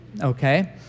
Okay